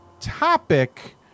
topic